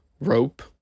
rope